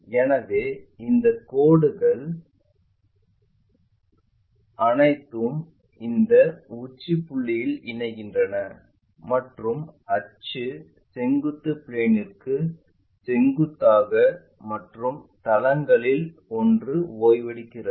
எனவே இந்த கோடுகள் அனைத்தும் இந்த உச்சி புள்ளியில் இணைகின்றன மற்றும் அச்சு செங்குத்து பிளேன்ற்கு செங்குத்தாக மற்றும் தளங்களில் ஒன்று ஓய்வெடுக்கிறது